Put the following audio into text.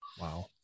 wow